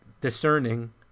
discerning